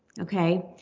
okay